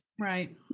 Right